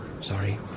Sorry